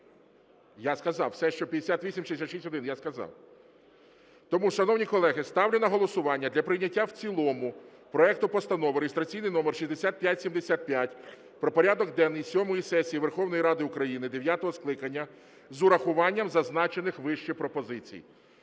Я сказав все, що 5866-1 я сказав. Тому, шановні колеги, ставлю на голосування для прийняття в цілому проект Постанови (реєстраційний номер 6575) про порядок денний сьомої сесії Верховної Ради України дев'ятого скликання з урахуванням зазначених вище пропозицій.